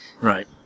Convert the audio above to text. Right